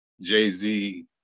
Jay-Z